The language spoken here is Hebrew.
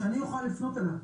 שאני אוכל לפנות אליו,